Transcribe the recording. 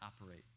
operate